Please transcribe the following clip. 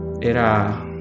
era